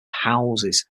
houses